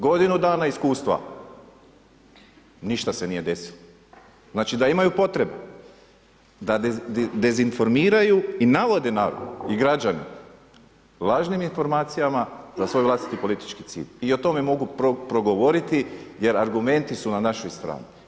Godinu dana iskustva, ništa se nije desilo, znači da imaju potrebe da dezinformiraju i navode građane lažnim informacijama za svoj vlastiti politički cilj i o tome mogu progovoriti jer argumenti su na našoj strani.